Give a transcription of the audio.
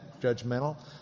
judgmental